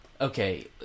okay